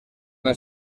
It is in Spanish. una